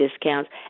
discounts